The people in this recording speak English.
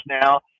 now